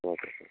okay sir